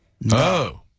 No